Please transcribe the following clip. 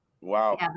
wow